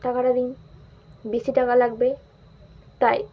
টাকাটা দিন বেশি টাকা লাগবে তাই